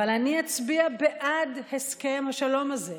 אבל אני אצביע בעד הסכם השלום הזה.